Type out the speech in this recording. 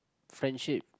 friendship